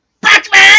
Batman